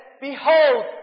Behold